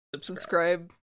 Subscribe